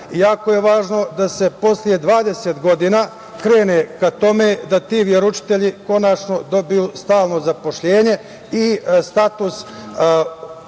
Jako je važno da se posle 20 godina krene ka tome da da ti veroučitelji konačno dobiju stalno zaposlenje i status kao